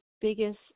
biggest